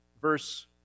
verse